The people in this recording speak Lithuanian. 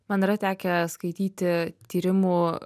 man yra tekę skaityti tyrimų